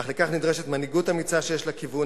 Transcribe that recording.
אך לכך נדרשת מנהיגות אמיצה שיש לה כיוון,